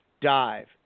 dive